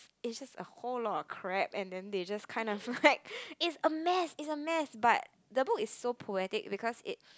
is just a whole lot of crap and then they just kind of like it's a mess it's a mess but the book is so poetic because it